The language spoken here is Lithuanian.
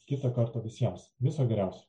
kitą kartą visiems viso geriausio